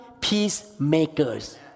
peacemakers